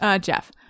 Jeff